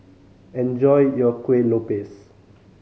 enjoy your Kueh Lopes